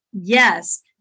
yes